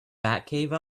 batcave